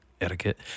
etiquette